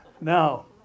Now